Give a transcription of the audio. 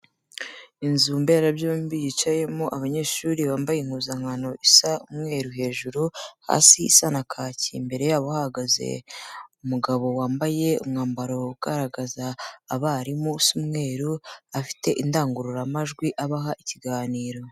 Inzu mberabyombi yicayemo abanyeshuri bambaye impuzankano isa umweru hejuru, hasi isa na kaki, imbere yabo hagaze umugabo wambaye umwambaro ugaragaza abarimu usa umwe afite indangururamajwi abaha ikiganiro.